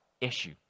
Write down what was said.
issue